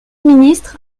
ministre